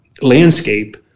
landscape